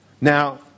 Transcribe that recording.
now